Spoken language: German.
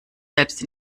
selbst